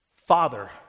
Father